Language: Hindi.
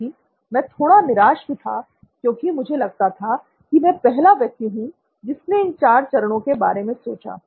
साथ ही में थोड़ा निराश भी था क्योंकि मुझे लगता था कि मैं पहला व्यक्ति हूं जिसने इन चार चरणों के बारे में सोचा